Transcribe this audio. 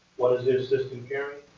what is the assistant carrying?